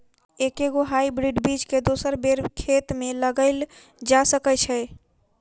एके गो हाइब्रिड बीज केँ दोसर बेर खेत मे लगैल जा सकय छै?